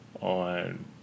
on